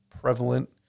prevalent